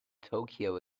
tokyo